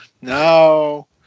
no